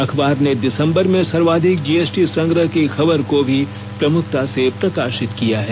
अखबार ने दिसंबर में सर्वाधिक जीएसटी संग्रह की खबर को प्रमुखता से प्रकाशित किया है